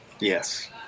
Yes